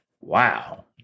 Wow